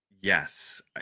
Yes